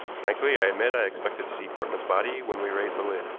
frankly, i admit i expected to see portman's body when we raised the lid.